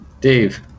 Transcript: Dave